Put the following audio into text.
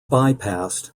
bypassed